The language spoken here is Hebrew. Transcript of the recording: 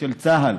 של צה"ל